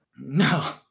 No